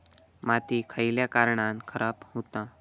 माती खयल्या कारणान खराब हुता?